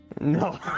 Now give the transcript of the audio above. no